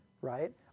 right